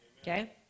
okay